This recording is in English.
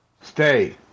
stay